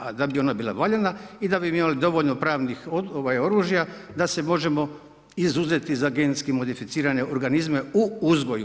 A da bi ona bila valjana i da bi mi imali dovoljno pravnih oružja da se možemo izuzeti za genetski modificirane organizme u uzgoju.